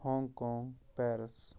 Hong Kong Paris